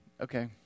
Okay